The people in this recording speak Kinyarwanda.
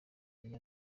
gihe